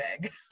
big